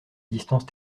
distance